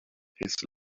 his